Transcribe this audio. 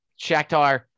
Shakhtar